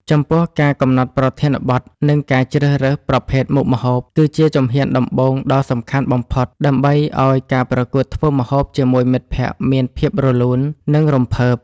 ចំពោះ ការកំណត់ប្រធានបទ និងការជ្រើសរើសប្រភេទមុខម្ហូប គឺជាជំហានដំបូងដ៏សំខាន់បំផុត ដើម្បីឱ្យការប្រកួតធ្វើម្ហូបជាមួយមិត្តភក្តិមានភាពរលូន និងរំភើប។